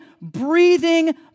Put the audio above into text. breathing